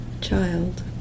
child